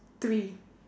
three